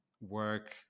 work